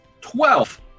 Twelve